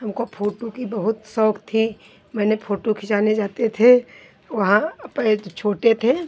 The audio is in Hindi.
हमको फोटू की बहुत शौक थी मैंने फोटू खिंचाने जाते थे वहाँ पए जब छोटे थे